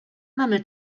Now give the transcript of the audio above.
mamy